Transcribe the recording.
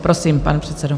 Prosím, pan předsedo.